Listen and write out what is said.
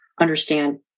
understand